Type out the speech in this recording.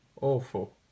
Awful